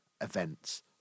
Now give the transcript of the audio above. events